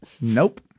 Nope